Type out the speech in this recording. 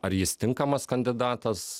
ar jis tinkamas kandidatas